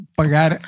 pagar